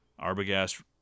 Arbogast